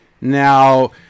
Now